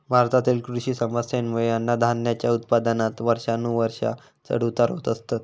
भारतातील कृषी समस्येंमुळे अन्नधान्याच्या उत्पादनात वर्षानुवर्षा चढ उतार होत असतत